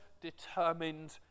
determined